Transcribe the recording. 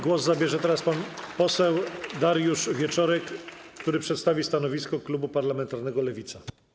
Głos zabierze teraz pan poseł Dariusz Wieczorek, który przedstawi stanowisko klubu parlamentarnego Lewica.